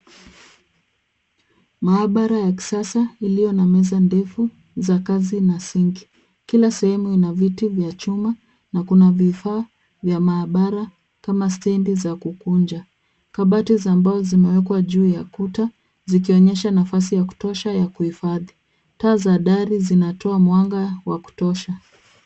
Maabara ya kisasa iliyo na meza ndefu za kazi na sink . Kila sehemu ina viti vya chuma na kuna vifaa vya maabara kama stendi za kukunja. Kabati za mbao zimewekwa juu ya kuta zikionyesha nafasi ya kutosha ya kuhifadhi. Taa za dari zinatoa mwanga wa kutosha.